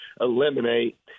eliminate